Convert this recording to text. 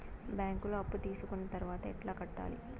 బ్యాంకులో అప్పు తీసుకొని తర్వాత ఎట్లా కట్టాలి?